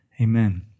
Amen